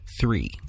three